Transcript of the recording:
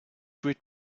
grid